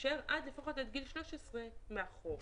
עד לפחות עד גיל 13 ישב מאחור,